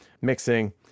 mixing